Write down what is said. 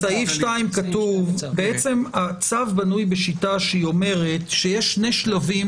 הצו בנוי בשיטה שאומרת שיש שני שלבים